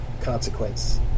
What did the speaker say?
consequence